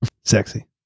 Sexy